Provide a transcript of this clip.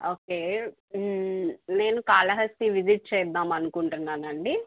okay నేను Kalahasti visit చేద్దామనుకుంటున్నానండి